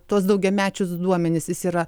tuos daugiamečius duomenis jis yra